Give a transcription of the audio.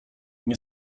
nie